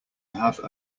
have